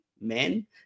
men